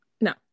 No